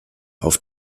auf